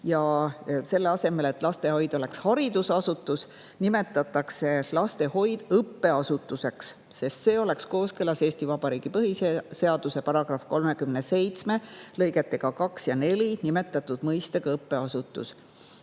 Selle asemel, et lastehoid oleks haridusasutus, nimetatakse lastehoid õppeasutuseks, sest see oleks kooskõlas Eesti Vabariigi põhiseaduse § 37 lõigetes 2 ja 4 nimetatud [sõnaga] "õppeasutus".